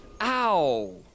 Ow